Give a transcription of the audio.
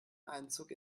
einzug